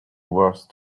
worse